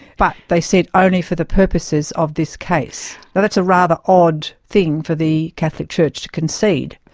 but they said only for the purposes of this case. now that's a rather odd thing for the catholic church to concede.